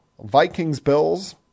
Vikings-Bills